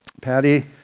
Patty